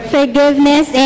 Forgiveness